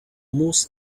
most